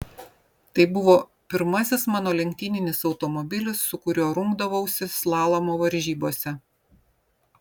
tai buvo pirmasis mano lenktyninis automobilis su kuriuo rungdavausi slalomo varžybose